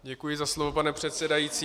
Děkuji za slovo, pane předsedající.